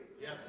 Yes